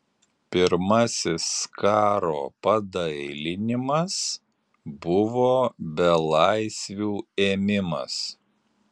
pirmasis karo padailinimas buvo belaisvių ėmimas